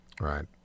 Right